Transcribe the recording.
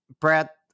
Brett